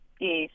Yes